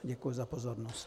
Děkuji za pozornost.